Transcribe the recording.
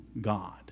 God